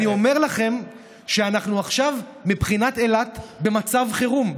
אני אומר לכם שאנחנו עכשיו מבחינת אילת במצב חירום,